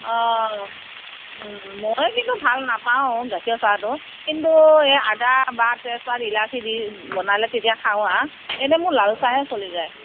অঁ মই কিন্তু ভাল নাপাওঁ গাখীৰৰ চাহটো কিন্তু এই আদা বা তেজপাত ইলাচী দি বনালে তেতিয়া খাওঁ আৰু এনেই মোৰ লাল চাহে চলি যায়